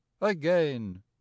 again